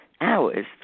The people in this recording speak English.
hours